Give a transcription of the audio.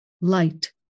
light